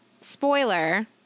spoiler